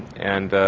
and